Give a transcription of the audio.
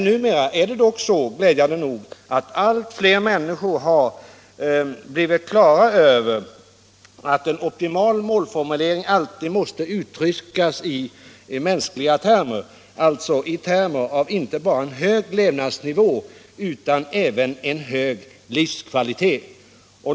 Numera har dock glädjande nog allt fler människor blivit på det klara med att en optimal målsättningsformulering alltid måste uttryckas i mänskliga termer — inte bara i en hög levnadsstandard utan också i en hög livskvalitet.